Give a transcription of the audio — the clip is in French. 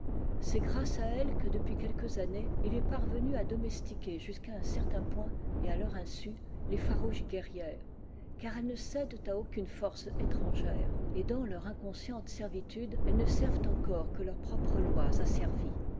c'est grâce à elle que depuis quelqu axmées il est paryenu à domestiquer jusqu'à un certain point et à leur insu les farouches guerrières car elles ne cèdent à aucune force étrangère et dans leur inconsciente servîiude elles ne servent en ore que